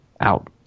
out